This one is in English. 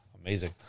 Amazing